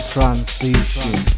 Transition